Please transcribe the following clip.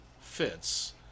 fits